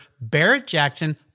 Barrett-Jackson